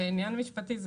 זה עניין משפטי.